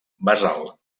basal